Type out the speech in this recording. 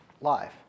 live